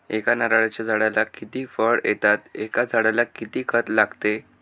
एका नारळाच्या झाडाला किती फळ येतात? एका झाडाला किती खत लागते?